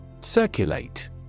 Circulate